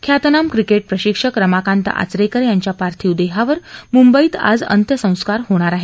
ख्यातनाम क्रिकेट प्रशिक्षक स्माकांत आचरेकर यांच्या पार्थिव देहावर मुंबईत आज अंत्यसंस्कार होणार आहेत